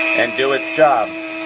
and do its job.